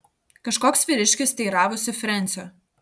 kažkoks vyriškis teiravosi frensio